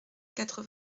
quatre